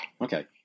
Okay